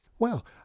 Well